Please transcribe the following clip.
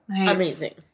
Amazing